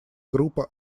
группа